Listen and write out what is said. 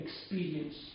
experience